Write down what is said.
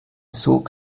sog